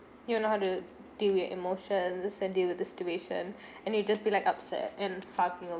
you know how to deal with emotions and deal with the situation and you just be like upset and sulking